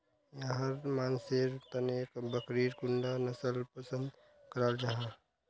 याहर मानसेर तने बकरीर कुंडा नसल पसंद कराल जाहा?